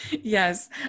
Yes